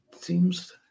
Seems